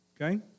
okay